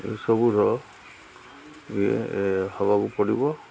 ଏଇସବୁର ହେବାକୁ ପଡ଼ିବ